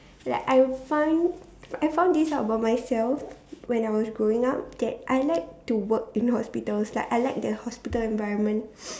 like I would find I found this out by myself when I was growing up that I like to work in hospitals like I like the hospital environment